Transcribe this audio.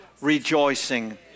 rejoicing